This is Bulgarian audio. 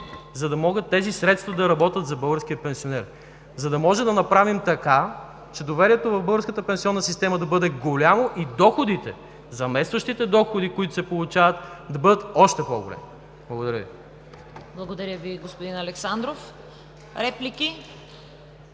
за да може тези средства да работят за българския пенсионер, за да направим така, че доверието в българската пенсионна система да бъде голямо и доходите, заместващите доходи, които се получават, да бъдат още по-големи. Благодаря Ви. ПРЕДСЕДАТЕЛ ЦВЕТА КАРАЯНЧЕВА: Благодаря Ви, господин Александров. Реплики?